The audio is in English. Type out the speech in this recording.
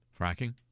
fracking